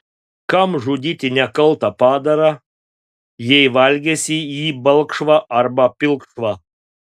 kam žudyti nekaltą padarą jei valgysi jį balkšvą arba pilkšvą